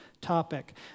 topic